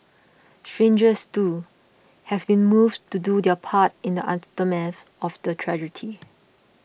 strangers too have been moved to do their part in the aftermath of the tragedy